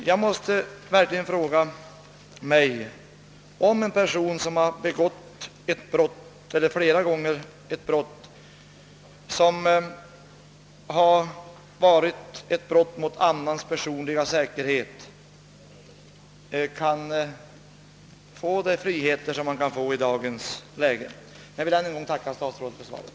Jag måste verkligen fråga om en person som flera gånger begått ett brott mot annans personliga säkerhet bör ha de friheter som han kan få i dagens läge. Jag vill ännu en gång tacka statsrådet för svaret.